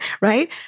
Right